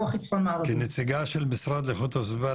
טוב צהריים טובים לכולם.